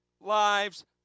lives